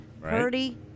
Purdy